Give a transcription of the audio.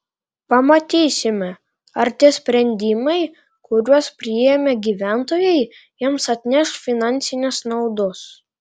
pamatysime ar tie sprendimai kuriuos priėmė gyventojai jiems atneš finansinės naudos